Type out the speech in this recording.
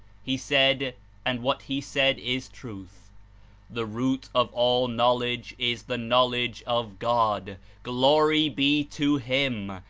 he said and what he said is truth the root of all knowledge is the knowledge of god glory be to him!